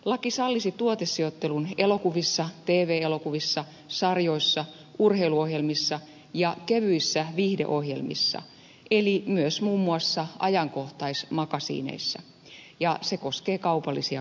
laki sallisi tuotesijoittelun elokuvissa tv elokuvissa sarjoissa urheiluohjelmissa ja kevyissä viihdeohjelmissa eli myös muun muassa ajankohtaismakasiineissa ja se koskee kaupallisia kanavia